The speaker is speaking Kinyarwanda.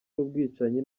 n’ubwicanyi